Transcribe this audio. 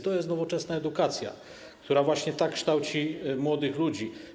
To jest nowoczesna edukacja, która właśnie tak kształci młodych ludzi.